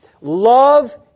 Love